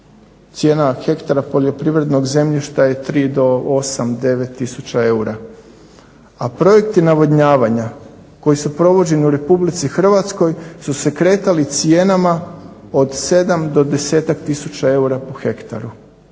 Cijena hektara poljoprivrednog zemljišta je 3 do 8, 9 tisuća eura. A projekti navodnjavanja koji su provođeni u RH su se kretali cijenama od 7 do 10-ak tisuća eura po hektaru.